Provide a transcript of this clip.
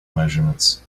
measurements